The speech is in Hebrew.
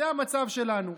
זה המצב שלנו.